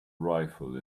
rifle